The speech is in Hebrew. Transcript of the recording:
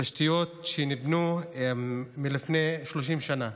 הן תשתיות שנבנו מלפני 30 שנה,